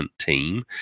team